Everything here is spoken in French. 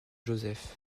joseph